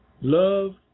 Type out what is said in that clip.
love